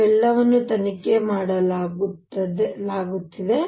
ಇವೆಲ್ಲವನ್ನೂ ತನಿಖೆ ಮಾಡಲಾಗುತ್ತಿದೆ